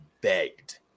begged